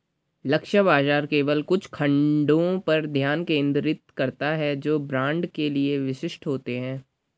लक्ष्य बाजार केवल कुछ खंडों पर ध्यान केंद्रित करता है जो ब्रांड के लिए विशिष्ट होते हैं